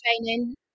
training